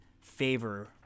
Favor